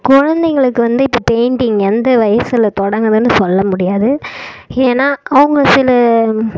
குழந்தைகளுக்கு வந்து இப்போது பெயிண்டிங் எந்த வயசில் தொடங்குதுன்னு சொல்ல முடியாது ஏன்னால் அவங்க சில